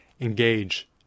Engage